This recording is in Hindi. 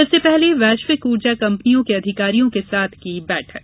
इससे पहले वैश्विक ऊर्जा कंपनियों के अधिकारियों के साथ की बैठक